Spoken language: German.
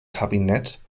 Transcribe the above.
kabinett